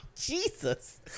jesus